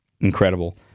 Incredible